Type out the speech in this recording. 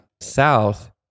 south